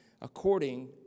according